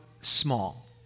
small